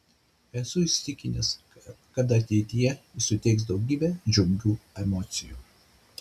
esu įsitikinęs kad ateityje ji suteiks daugybę džiugių emocijų